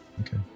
Okay